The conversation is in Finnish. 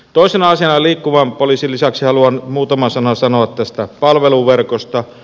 toisena asiana liikkuvan poliisin lisäksi haluan muutaman sanan sanoa tästä palveluverkosta